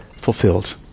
fulfilled